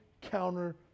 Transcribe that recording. counter